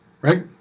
right